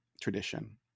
tradition